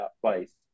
place